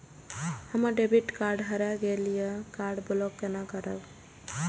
हमर debit card हरा गेल ये कार्ड ब्लॉक केना करब?